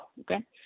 okay